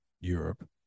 Europe